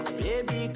baby